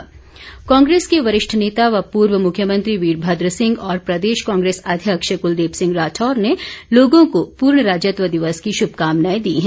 बधाई कांग्रेस के वरिष्ठ नेता व पूर्व मुख्यमंत्री वीरभद्र सिंह और प्रदेश कांग्रेस अध्यक्ष क्लदीप सिंह राठौर ने लोगों को पूर्ण राज्यत्व दिवस की शुभकामनाएं दी हैं